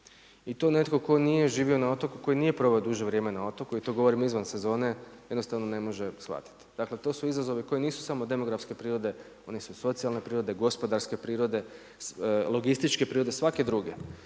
i to netko tko nije živio na otoku, tko nije proveo duže vrijeme na otoku i to govorim izvan sezone, jednostavno ne može shvatiti. Dakle, to su izazovi koji nisu samo demografske prirode, oni su socijalne prirode, gospodarske prirode, logističke prirode, svake druge.